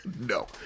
No